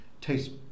tastes